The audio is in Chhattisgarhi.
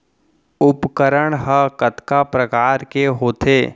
उपकरण हा कतका प्रकार के होथे?